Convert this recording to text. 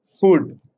Food